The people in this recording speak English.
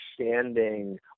understanding